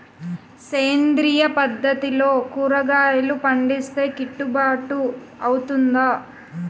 సేంద్రీయ పద్దతిలో కూరగాయలు పండిస్తే కిట్టుబాటు అవుతుందా?